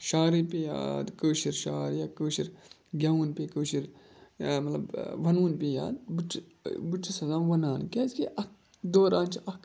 شعرٕے پیٚیہِ یاد کٲشِر شعر یا کٲشِر گٮ۪وُن پیٚیہِ کٲشِر مطلب وَنوُن پیٚیہِ یاد بہٕ تہِ چھُ بہٕ تہِ چھُس آسان وَنان کیٛازِکہِ اَتھ دوران چھِ اَکھ